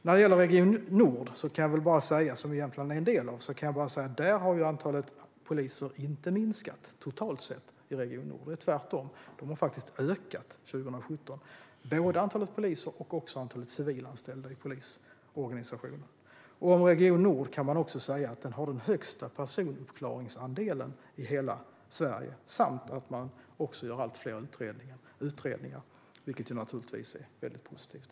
När det gäller Region nord, som Jämtland är en del av, har antalet poliser inte minskat där, totalt sett. Både antalet poliser och antalet civilanställda i polisorganisationen har tvärtom ökat där under 2017. Region nord har också den högsta personuppklaringsandelen i hela Sverige samt gör allt fler utredningar, vilket är väldigt positivt.